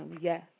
Yes